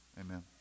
amen